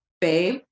babe